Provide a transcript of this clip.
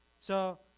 so